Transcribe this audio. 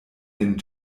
den